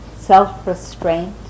Self-restraint